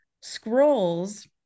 scrolls